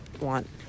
want